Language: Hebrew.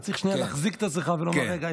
אתה צריך שנייה להחזיק את עצמך ולומר: רגע,